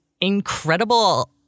incredible